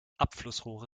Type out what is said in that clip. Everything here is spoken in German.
abflussrohre